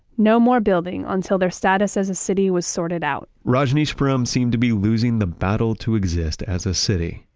no more building until their status as a city was sorted out rajneeshpuram seemed to be losing the battle to exist as a city.